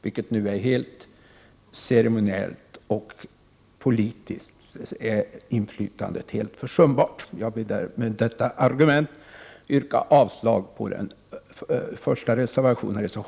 Ämbetet är ju numera helt ceremoniellt, och politiskt är inflytandet försumbart. Jag vill med detta argument yrka avslag på reservation 1.